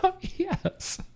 Yes